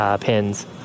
pins